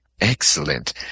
Excellent